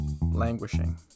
Languishing